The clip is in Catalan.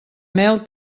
mel